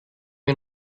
wir